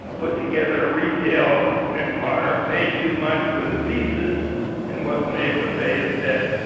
ah put together a retail empire, paid too much for the pieces and wasn't able to pay his debt.